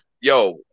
yo